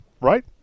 right